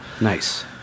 Nice